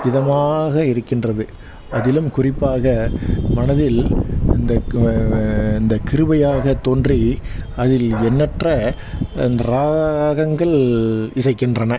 இதமாக இருக்கின்றது அதிலும் குறிப்பாக மனதில் இந்த இந்த கிருபையாக தோன்றி அதில் எண்ணற்ற இந்த ராகங்கள் இசைக்கின்றன